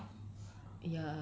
please entertain me now